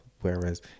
whereas